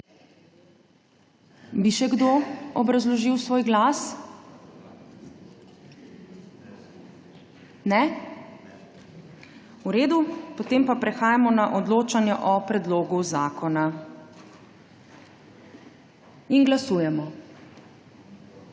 Bi še kdo obrazložil svoj glas? Ne? V redu, potem pa prehajamo na odločanje o predlogu zakona. Glasujemo.